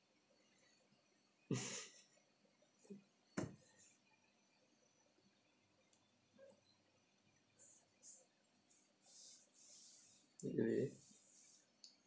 oh really